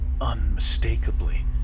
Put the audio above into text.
unmistakably